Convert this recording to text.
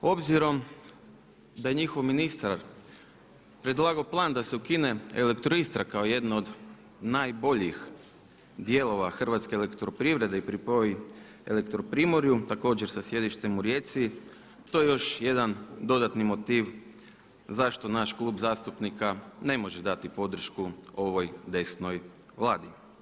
Obzirom da je njihov ministar predlagao plan da se ukine Elektroistra kao jedna od najboljih dijelova HEP-a i pripoji Elektroprimorju također sa sjedištem u Rijeci to je još jedan dodatni motiv zašto naš klub zastupnika ne može dati podršku ovoj desnoj Vladi.